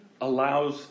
allows